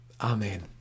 Amen